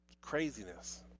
craziness